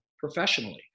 professionally